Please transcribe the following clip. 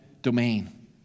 domain